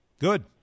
Good